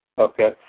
Okay